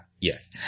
Yes